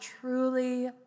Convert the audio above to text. truly